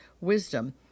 Wisdom